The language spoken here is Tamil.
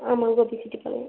ஆமாம் கோபிச்செட்டிபாளையம்